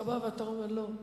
אתה בא ואומר: לא,